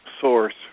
source